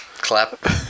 clap